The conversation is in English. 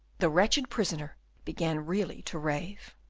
the wretched prisoner began really to rave.